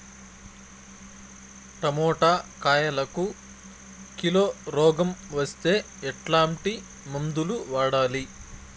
Tomato కాయలకు kilo రోగం వస్తే ఎట్లాంటి మందులు వాడాలి?